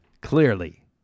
Clearly